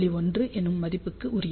1 என்னும் மதிப்புக்கு உரியது